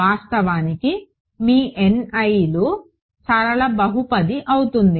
వాస్తవానికి మీ Ni లు సరళ బహుపది అవుతుంది